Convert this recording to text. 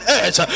edge